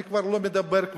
אני כבר לא מדבר,